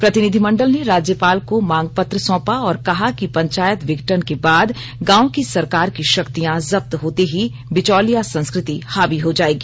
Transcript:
प्रतिनिधिमंडल ने राज्यपाल को मांग पत्र सौंपा और कहा कि पंचायत विघटन के बाद गांव की सरकार की शक्तियां जब्त होते ही बिचौलिया संस्कृति हावी हो जायेगी